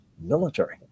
military